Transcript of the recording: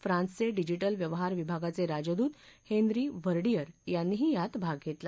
फ्रान्सचे डिजिटल व्यवहार विभागाचे राजदूत हेन्री व्हर्डीयर यांनीही यात भाग घेतला